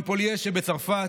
של קואליציה ושל אופוזיציה,